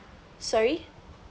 sorry